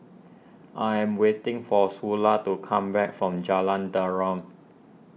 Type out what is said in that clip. I am waiting for Sula to come back from Jalan Derum